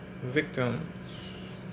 victims